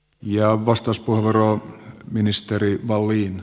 ja ministeri wallin